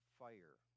fire